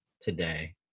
today